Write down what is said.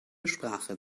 sprache